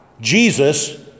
Jesus